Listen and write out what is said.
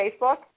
Facebook